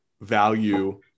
value